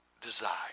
desire